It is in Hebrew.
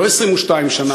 לא 22 שנה.